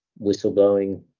whistleblowing